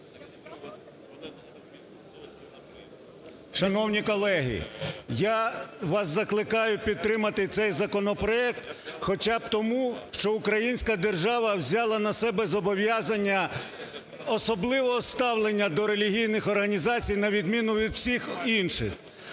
Шановні колеги, я вас закликаю підтримати цей законопроект, хоча б тому, що українська держава взяла на себе зобов'язання особливого ставлення до релігійних організацій на відміну від всіх інших,